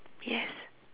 yes